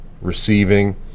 receiving